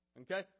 okay